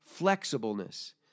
flexibleness